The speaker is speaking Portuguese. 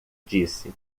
disse